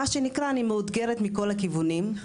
מה שנקרא אני מאותגרת מכל הכיוונים,